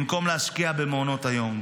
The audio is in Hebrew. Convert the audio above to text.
במקום להשקיע במעונות היום,